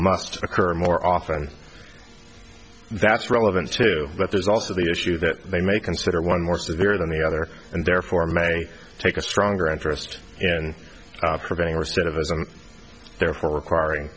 must occur more often that's relevant to that there's also the issue that they may consider one more severe than the other and therefore may take a stronger interest in preventing recidivism and therefore requiring